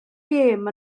gêm